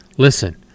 Listen